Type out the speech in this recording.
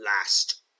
last